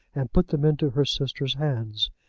and put them into her sister's hands.